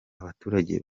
abaturage